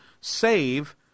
save